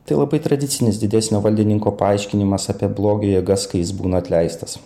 tai labai tradicinis didesnio valdininko paaiškinimas apie blogio jėgas kai jis būna atleistas